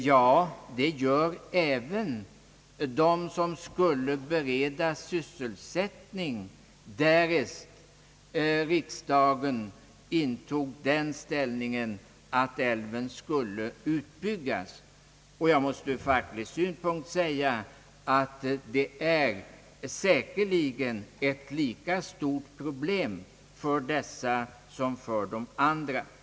Ja, det gör även de personer som skulle kunna beredas sysselsättning, därest riksdagen beslöt att älven skulle utbyggas. Ur facklig synvinkel måste jag säga att det säkerligen är ett lika stort problem för dessa människor som för de andra.